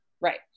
Right